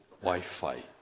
Wi-Fi